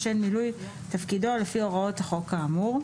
לשם מילוי תפקידו לפי הוראות החוק האמור".